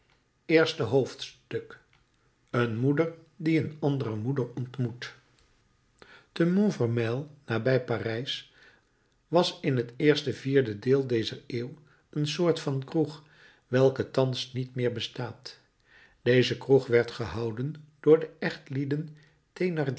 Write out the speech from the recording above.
eerste hoofdstuk een moeder die een andere moeder ontmoet te montfermeil nabij parijs was in het eerste vierde deel dezer eeuw een soort van kroeg welke thans niet meer bestaat deze kroeg werd gehouden door de